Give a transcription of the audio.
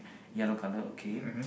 yellow colour okay